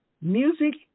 music